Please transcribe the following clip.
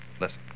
listen